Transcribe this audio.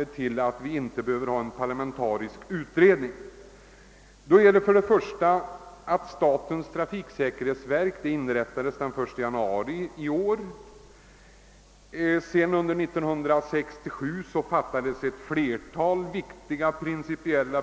uppfattningen, att det inte behövs någon parlamentarisk utredning. Först och främst inrättades statens trafiksäkerhetsverk den 1 januari i år. Under 1967 fattades också ett flertal viktiga principiella.